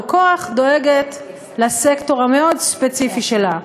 כוח דואגת לסקטור המאוד-ספציפי שלה?